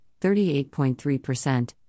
38.3%